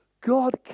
God